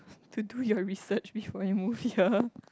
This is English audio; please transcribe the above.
to do your research before you move here